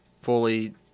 fully